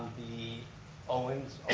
the owens,